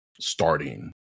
starting